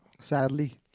Sadly